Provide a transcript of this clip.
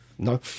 no